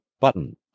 button